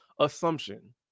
assumption